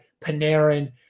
Panarin